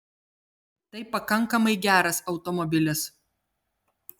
tai pakankamai geras automobilis